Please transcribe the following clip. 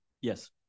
yes